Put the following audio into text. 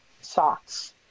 socks